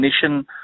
definition